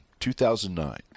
2009